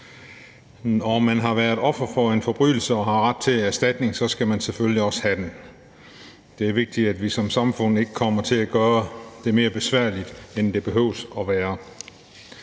Når man har været offer for en forbrydelse og har ret til erstatning, skal man selvfølgelig også have den. Det er vigtigt, at vi som samfund ikke kommer til at gøre det mere besværligt, end det behøver at være.